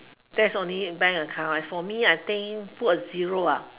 that's only bank account as for me I think put a zero